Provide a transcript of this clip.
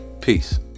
Peace